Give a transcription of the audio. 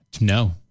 No